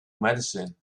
medicine